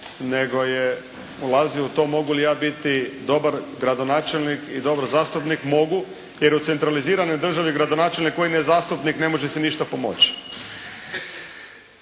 nego je ulazio u to mogu li ja biti dobar gradonačelnik i dobar zastupnik. Mogu. Jer u centraliziranoj državi gradonačelnik …/Govornik se ne razumije./… ne može si ništa pomoći.